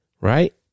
Right